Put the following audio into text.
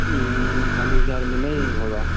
चालीस हज़ार में नहीं होगा